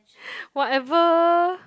whatever